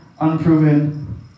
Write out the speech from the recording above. unproven